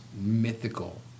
mythical